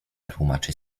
tłumaczy